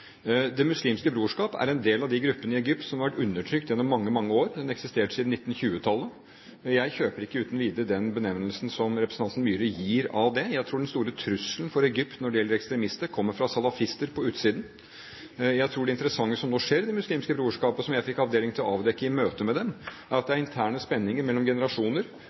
Det muslimske brorskap er en del av de gruppene i Egypt som har vært undertrykt gjennom mange, mange år. Det har eksistert siden 1920-tallet. Jeg kjøper ikke uten videre den benevnelsen som representanten Myhre gir det. Jeg tror den store trusselen for Egypt når det gjelder ekstremister, kommer fra salafister på utsiden. Jeg tror det interessante som nå skjer i Det muslimske brorskap, som jeg fikk anledning til å avdekke i møte med dem, er at det er interne spenninger mellom generasjoner